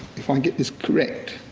if i get this correct,